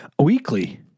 Weekly